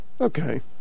Okay